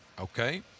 Okay